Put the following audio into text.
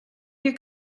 you